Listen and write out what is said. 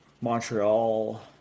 Montreal